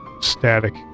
static